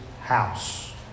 house